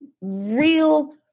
real